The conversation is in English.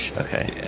okay